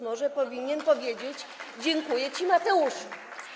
Może powinien powiedzieć: dziękuję ci, Mateuszu?